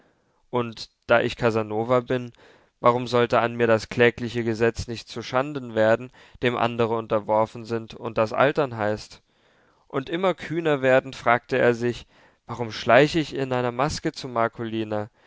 und da ich casanova bin warum sollte an mir das klägliche gesetz nicht zuschanden werden dem andre unterworfen sind und das altern heißt und immer kühner werdend fragte er sich warum schleich ich in einer maske zu marcolina